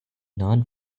non